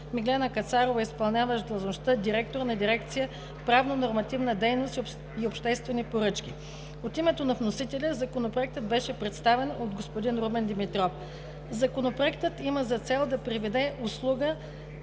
Миглена Кацарова – изпълняващ длъжността директор на дирекция „Правнонормативна дейност и обществени поръчки“. От името на вносителя Законопроектът беше представен от господин Румен Димитров. Законопроектът има за цел да приведе услуга